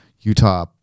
Utah